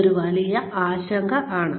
അതൊരു വലിയ ആശങ്കയാണ്